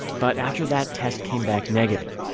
but after that test came back negative,